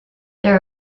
there